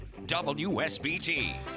WSBT